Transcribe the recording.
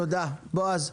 תודה בעז.